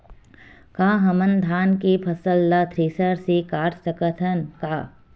का हमन धान के फसल ला थ्रेसर से काट सकथन का?